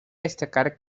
destacar